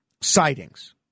sightings